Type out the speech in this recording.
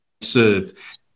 serve